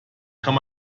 kann